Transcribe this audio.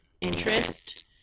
interest